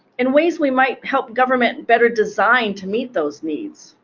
in ways we might help government better design to meet those needs,